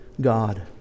God